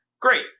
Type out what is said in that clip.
great